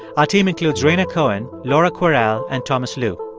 our team includes rhaina cohen, laura kwerel and thomas lu.